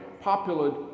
popular